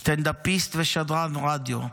סטנדאפיסט ושדרן רדיו,